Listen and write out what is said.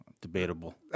Debatable